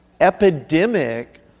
epidemic